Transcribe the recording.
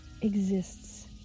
exists